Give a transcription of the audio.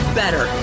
better